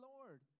Lord